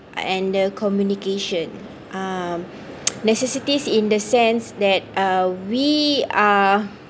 and the communication um necessities in the sense that uh we are